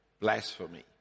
blasphemy